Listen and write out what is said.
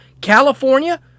California